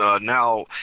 now